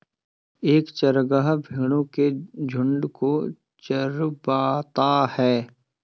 एक चरवाहा भेड़ो के झुंड को चरवाता है